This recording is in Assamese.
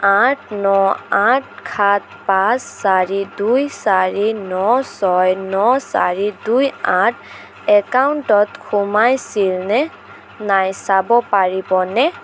আঠ ন আঠ সাত পাঁচ চাৰি দুই চাৰি ন ছয় ন চাৰি দুই আঠ একাউণ্টত সোমাইছিল নে নাই চাব পাৰিবনে